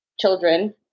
children